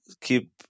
keep